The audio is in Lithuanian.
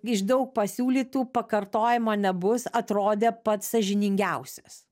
iš daug pasiūlytų pakartojimo nebus atrodė pats sąžiningiausias